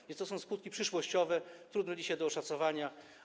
A więc to są skutki przyszłościowe, trudne dzisiaj do oszacowania.